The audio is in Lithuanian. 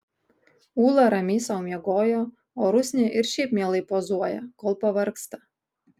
ūla ramiai sau miegojo o rusnė ir šiaip mielai pozuoja kol pavargsta